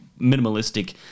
minimalistic